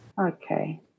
Okay